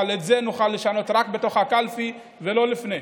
אבל את זה נוכל לשנות רק בקלפי ולא לפני,